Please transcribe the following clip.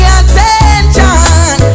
attention